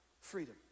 Freedom